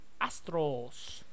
Astros